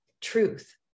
truth